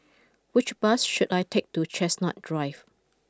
which bus should I take to Chestnut drive